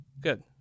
Good